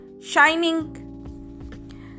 shining